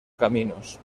caminos